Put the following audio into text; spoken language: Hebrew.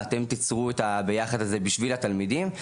אתם תיצרו את הביחד הזה בשביל התלמידים,